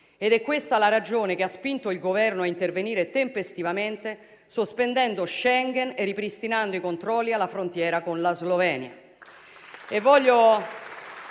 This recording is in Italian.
È questa la ragione che ha spinto il Governo a intervenire tempestivamente, sospendendo l'accordo di Schengen e ripristinando i controlli alla frontiera con la Slovenia.